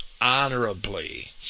honorably